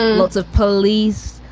lots of police,